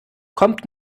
kommt